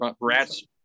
Rats